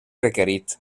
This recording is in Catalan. requerit